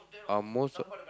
are most